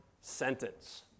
sentence